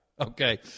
Okay